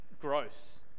gross